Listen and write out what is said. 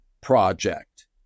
project